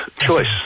choice